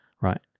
right